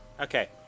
Okay